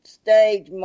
stage